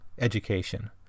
education